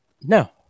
No